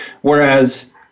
whereas